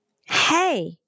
hey